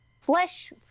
flesh